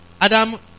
Adam